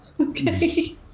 Okay